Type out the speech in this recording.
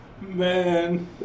Man